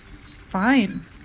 Fine